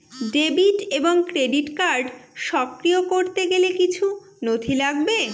Debit এবং credit card সক্রিয় করতে গেলে কিছু নথি লাগবে?